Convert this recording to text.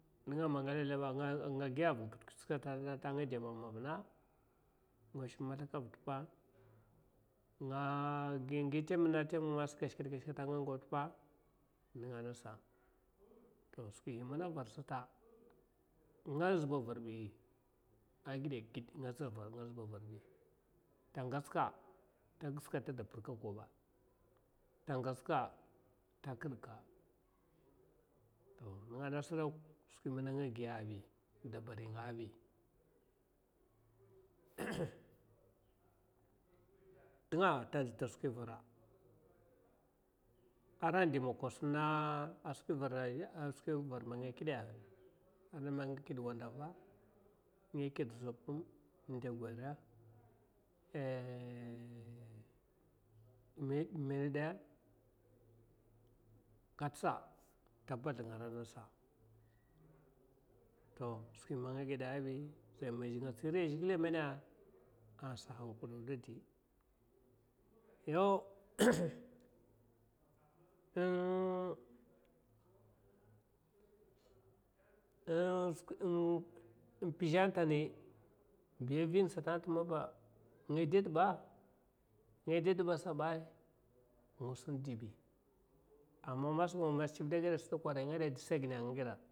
Ming aged nga geda lewa’a, nga giya avin kut, kut sata nga da mama vina nga shim maslaka a vin tippa nga gi tem na tem masa kush ket, keshata a nga nga tippa to skwibi mana var sata nga zha a varbi a gida gid ta ngats ka ta giska ata da pirkaka koba ta ngats ka ta kidka ninga, a, nas dak skwi mana a nga giyasi tinga ta ndit’ta a skwi a vera a ran diman ka suna a skwi var ma nga kida nga kid vahud, ndawara, medadda kap sa ta basing ara nasa to skwi mana nga geda bi sai man nga tsiri a gida zhikle mena yaw in pizha tani biya vina satata maba nga de dibba nga de dibba salbai nga sun dibbi a man masa man tsivida na zha dakwa aria nga geda a disa a gina nga geda.